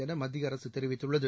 என மத்திய அரசு தெரிவித்துள்ளது